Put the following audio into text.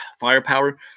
firepower